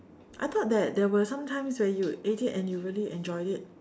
I thought that there were some times where you ate it and you really enjoyed it